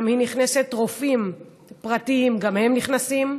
נכנסת, רופאים פרטיים גם הם נכנסים,